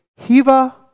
hiva